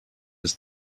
his